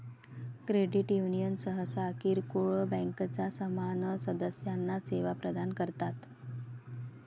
credit union सहसा किरकोळ बँकांच्या समान सदस्यांना सेवा प्रदान करतात